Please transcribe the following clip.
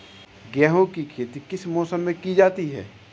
गेहूँ की खेती किस मौसम में की जाती है?